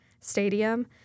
Stadium